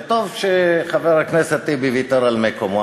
וטוב שחבר הכנסת טיבי ויתר על מקומו.